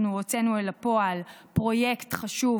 אנחנו הוצאנו אל הפועל פרויקט חשוב